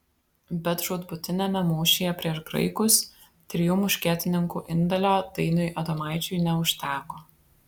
bet žūtbūtiniame mūšyje prieš graikus trijų muškietininkų indėlio dainiui adomaičiui neužteko